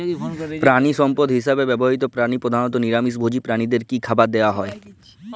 প্রাণিসম্পদ হিসেবে ব্যবহৃত প্রাণী প্রধানত নিরামিষ ভোজী প্রাণীদের কী খাবার দেয়া হয়?